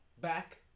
Back